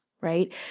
right